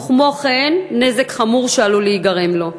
וכן נזק חמור שעלול להיגרם לו.